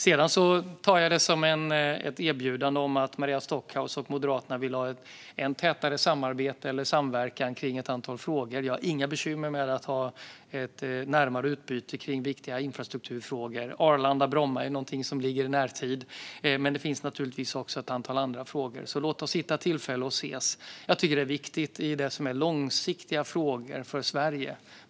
Jag tar detta som ett erbjudande från Maria Stockhaus och Moderaterna om en än tätare samverkan i ett antal frågor. Jag har inga bekymmer med att ha ett närmare utbyte i viktiga infrastrukturfrågor. Arlanda-Bromma är någonting som ligger i närtid, men det finns naturligtvis också ett antal andra frågor. Låt oss hitta ett tillfälle och ses! Jag tycker att det är viktigt i långsiktiga frågor för Sverige.